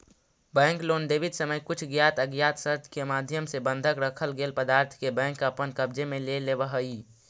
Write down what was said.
bank loan देवित समय कुछ ज्ञात अज्ञात शर्त के माध्यम से बंधक रखल गेल पदार्थ के बैंक अपन कब्जे में ले लेवऽ हइ